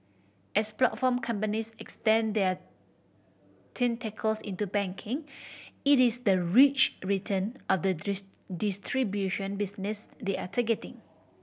as platform companies extend their tentacles into banking it is the rich return of the distribution business they are targeting